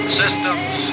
systems